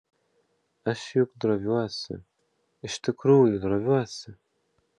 aš juk droviuosi iš tikrųjų droviuosi